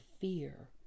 fear